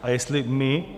A jestli my...